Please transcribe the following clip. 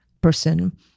person